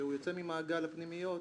שהוא יוצא ממעגל הפנימיות